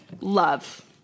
Love